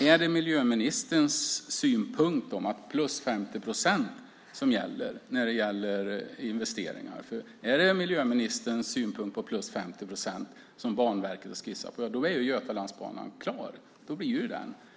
Är det miljöministerns synpunkt att det är +50 procent som gäller för investeringar? Om det är miljöministerns synpunkt med +50 procent som Banverket skissar på är ju Götalandsbanan klar. Då blir den ju av.